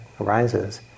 arises